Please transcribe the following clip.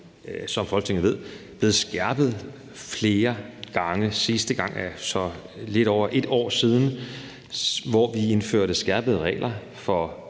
som Folketinget jo ved, blevet skærpet flere gange. Sidste gang var det så for lidt over et år siden, hvor vi indførte skærpede regler for